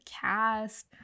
cast